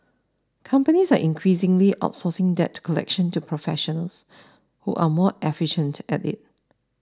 companies are increasingly outsourcing debt collection to professionals who are more efficient at it